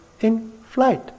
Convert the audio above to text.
in-flight